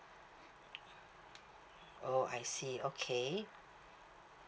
oh I see okay